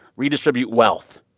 redistribute wealth,